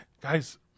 Guys